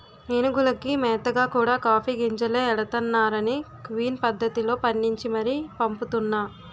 ఏనుగులకి మేతగా కూడా కాఫీ గింజలే ఎడతన్నారనీ క్విన్ పద్దతిలో పండించి మరీ పంపుతున్నా